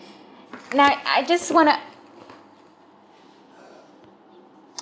now I just wanna